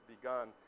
begun